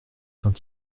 saint